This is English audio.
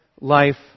life